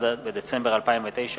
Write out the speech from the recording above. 21 בדצמבר 2009,